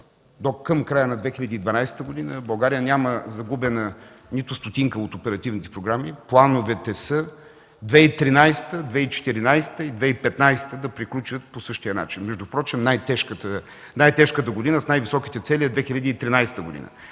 До към края на 2012 г., до момента, България няма загубена нито стотинка от оперативните програми. Плановете са 2013 г., 2014 г. и 2015 г. да приключат по същия начин. Между впрочем най-тежката година, с най-високите цели, е 2013 г.